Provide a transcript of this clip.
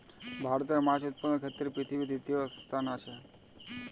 ভারত মাছ উৎপাদনের ক্ষেত্রে পৃথিবীতে তৃতীয় স্থানে আছে